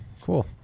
Cool